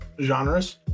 genres